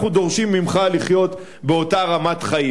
אנחנו דורשים ממך לחיות באותה רמת חיים.